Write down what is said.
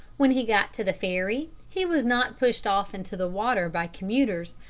when he got to the ferry he was not pushed off into the water by commuters,